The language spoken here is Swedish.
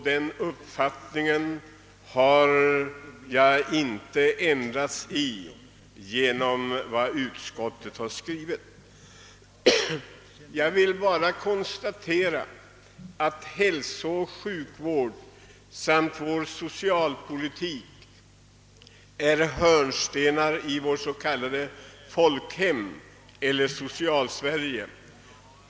Min uppfattning härvidlag har inte alls ändrats av vad utskottet anfört i sitt utlåtande. Hälsooch sjukvården samt socialpolitiken är ju hörnstenar i vårt s.k. folkhem, i Socialsverige.